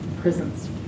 prisons